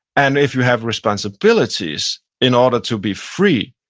and if you have responsibilities, in order to be free,